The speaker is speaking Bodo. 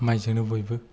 माइजोंनो बयबो